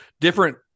different